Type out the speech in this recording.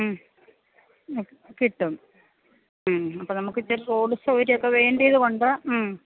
മ്മ് കിട്ടും അപ്പോൾ നമുക്ക് ഇത്തിരി റോഡ് സൗകര്യം ഒക്കെ വേണ്ടത് കൊണ്ട് മ്മ്